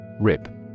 RIP